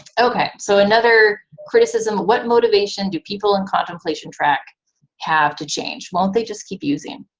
okay, so another criticism what motivation do people in contemplation track have to change? won't they just keep using?